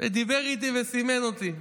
ודיבר איתי וסימן אותי.